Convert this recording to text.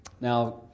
Now